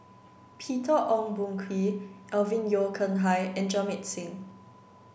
Peter Ong Boon Kwee Alvin Yeo Khirn Hai and Jamit Singh